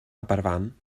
aberfan